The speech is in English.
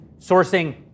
sourcing